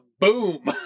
Boom